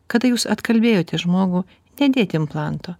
kada jūs atkalbėjote žmogų nedėti implanto